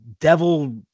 devil